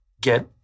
get